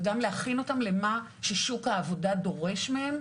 וגם להכין אותם למה ששוק העבודה דורש מהם.